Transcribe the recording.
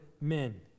men